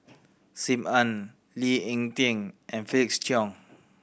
Sim Ann Lee Ek Tieng and Felix Cheong